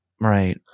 right